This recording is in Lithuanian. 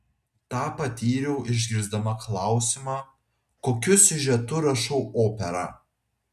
tą patyriau išgirsdama klausimą kokiu siužetu rašau operą